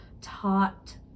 taught